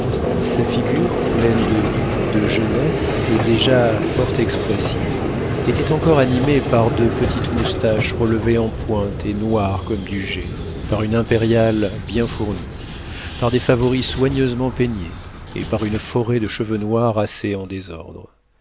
sa figure pleine de vie de jeunesse et déjà fort expressive était encore animée par de petites moustaches relevées en pointe et noires comme du jais par une impériale bien fournie par des favoris soigneusement peignés et par une forêt de cheveux noirs assez en désordre